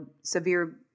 severe